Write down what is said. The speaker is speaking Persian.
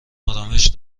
آرامش